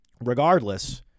regardless